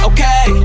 Okay